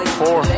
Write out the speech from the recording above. four